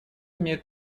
имеет